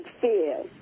fear